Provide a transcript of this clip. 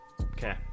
Okay